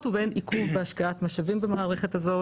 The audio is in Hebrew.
ובהן עיכוב בהשקעת משאבים במערכת הזו,